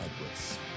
Edwards